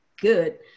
good